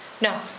No